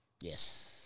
yes